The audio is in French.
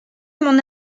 mon